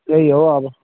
यही हो अब